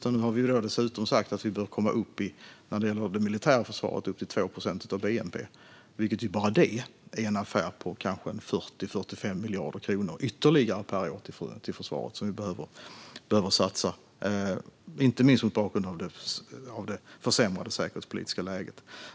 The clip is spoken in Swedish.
Nu har vi dessutom sagt att vi när det gäller det militära försvaret bör komma upp i 2 procent av bnp, vilket bara det är en affär på kanske 40-45 miljarder kronor ytterligare per år till försvaret som vi behöver satsa - inte minst mot bakgrund av det försämrade säkerhetspolitiska läget.